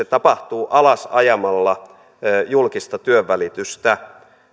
tapahtuu alasajamalla julkista työnvälitystä